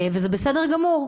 וזה בסדר גמור.